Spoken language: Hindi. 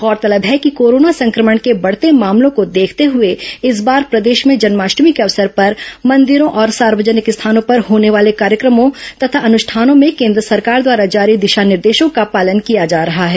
गौरतलब है कि कोरोना संक्रमण के बढ़ते मामलों को देखते हुए इस बार प्रदेश में जन्माष्टमी के अवसर पर मंदिरों और सार्वजनिक स्थानों पर होने वाले कार्यक्रमों तथा अनुष्ठानों में केंद्र सरकार द्वारा जारी दिशा निर्देशों का पालन किया जा रहा है